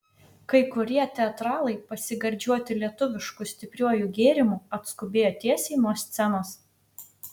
kai kurie teatralai pasigardžiuoti lietuvišku stipriuoju gėrimu atskubėjo tiesiai nuo scenos